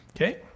Okay